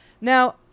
Now